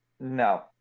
No